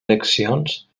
eleccions